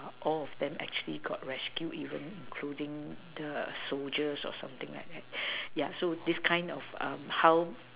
all of them actually got rescued even including the soldiers or something like that yeah so this kind of how